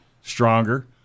stronger